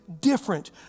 different